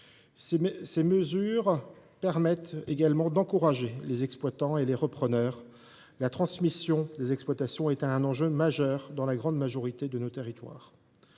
est aussi de nature à encourager les exploitants et les repreneurs, la transmission des exploitations étant un enjeu majeur dans la grande majorité des territoires.